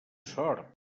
sort